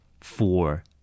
four